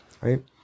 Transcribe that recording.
right